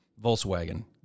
Volkswagen